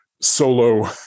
solo